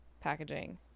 packaging